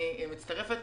אני מצטרפת